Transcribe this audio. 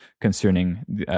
concerning